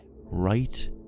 right